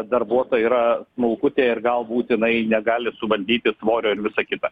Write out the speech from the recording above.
darbuotoja yra smulkutė ir galbūt jinai negali suvaldyti svorio ir visa kita